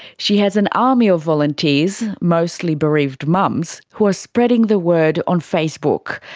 she has an army of volunteers, mostly bereaved mums, who are spreading the word on facebook.